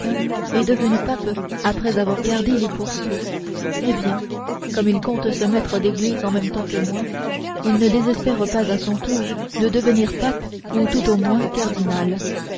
est devenu pape après avoir gardé les pourceaux eh bien comme il compte se mettre d'église en même temps que moi il ne désespère pas à son tour de devenir pape ou tout au moins cardinal